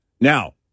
Now